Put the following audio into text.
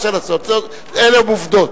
אלה עובדות.